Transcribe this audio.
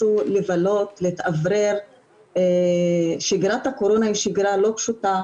מחפשים ומוצאים את הצורך למצוא מתחמים אחרים שבהם לא נמצאות המשפחות,